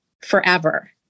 forever